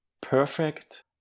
perfect